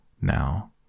Now